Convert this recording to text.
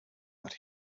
that